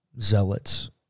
zealots